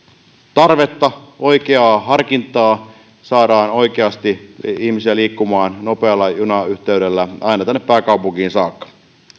tarvetta oikeaa harkintaa saadaan oikeasti ihmisiä liikkumaan nopealla junayhteydellä aina tänne pääkaupunkiin saakka